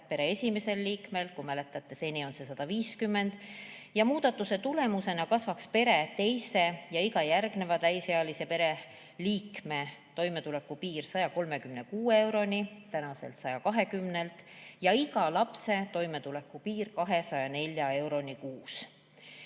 pere esimesel liikmel – kui mäletate, seni on see 150 – ja muudatuse tulemusena kasvaks pere teise ja iga järgneva täisealise pereliikme toimetulekupiir 136 euroni tänaselt 120-lt ja iga lapse toimetulekupiir 204 euroni kuus